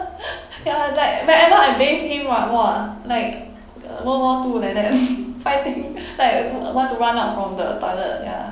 ya like whenever I bath him what !wah! like world war two like that fighting like want to run out from the toilet ya